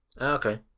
Okay